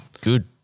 Good